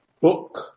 book